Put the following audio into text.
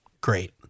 great